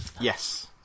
yes